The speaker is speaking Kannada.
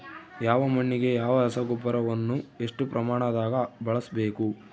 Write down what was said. ಯಾವ ಮಣ್ಣಿಗೆ ಯಾವ ರಸಗೊಬ್ಬರವನ್ನು ಎಷ್ಟು ಪ್ರಮಾಣದಾಗ ಬಳಸ್ಬೇಕು?